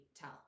tell